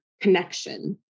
connection